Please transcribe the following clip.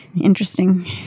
Interesting